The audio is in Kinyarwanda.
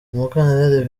umukandida